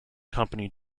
company